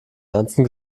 ernsten